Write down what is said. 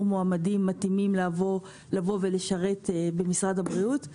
מועמדים מתאימים לשרת במשרד הבריאות.